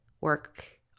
work